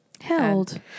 held